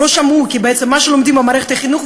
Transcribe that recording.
כי בעצם מה שלומדים במערכת החינוך,